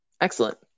Excellent